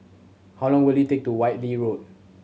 how long will it take to Whitley Road